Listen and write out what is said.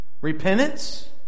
Repentance